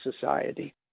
society